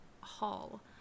hall